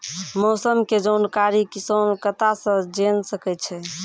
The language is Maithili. मौसम के जानकारी किसान कता सं जेन सके छै?